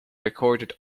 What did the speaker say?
recorded